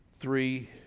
three